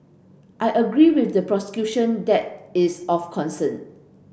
I agree with the prosecution that is of concern